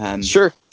Sure